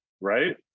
right